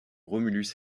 romulus